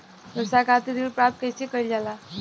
व्यवसाय खातिर ऋण प्राप्त कइसे कइल जाला?